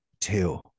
two